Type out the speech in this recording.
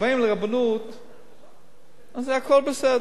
כשבאים לרבנות אז הכול בסדר: